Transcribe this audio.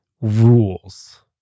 rules